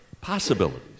possibilities